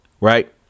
Right